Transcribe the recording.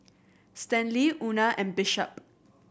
Stanley Una and Bishop